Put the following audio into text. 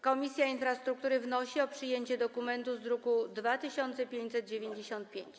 Komisja Infrastruktury wnosi o przyjęcie dokumentu z druku nr 2595.